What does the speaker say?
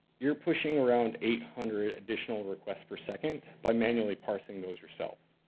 you're pushing around eight hundred additional requests per second by manually parsing those yourself.